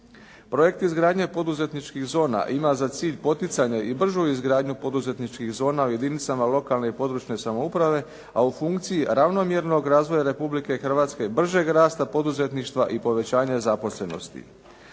Projekt izgradnje poduzetničkih zona ima za cilj poticanje i bržu izgradnju poduzetničkih zona u jedinicama lokalne i područne samouprave a u funkciji ravnomjernog razvoja Republike Hrvatske, bržeg rasta poduzetništva i povećanja zaposlenosti.